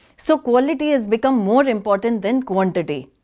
so quality has become more important than quantity.